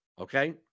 okay